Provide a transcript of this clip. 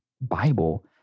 Bible